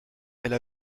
elle